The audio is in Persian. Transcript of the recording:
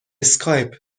اسکایپ